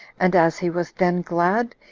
and as he was then glad,